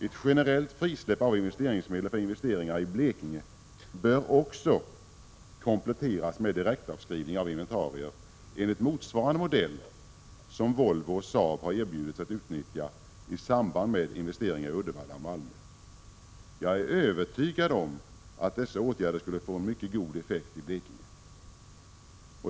Ett generellt frisläpp av investeringsmedel för investeringar i Blekinge bör också kompletteras med direktavskrivning av inventarier, motsvarande den modell som Volvo och Saab har erbjudits att utnyttja i samband med investeringar i Uddevalla och Malmö. Jag är övertygad om att dessa åtgärder skulle få en mycket god effekt i Blekinge.